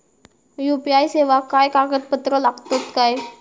UPI सेवाक काय कागदपत्र लागतत काय?